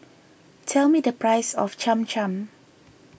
tell me the price of Cham Cham